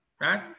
right